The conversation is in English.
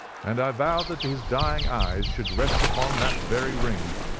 and i vowed that his dying eyes should rest upon that very ring,